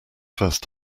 first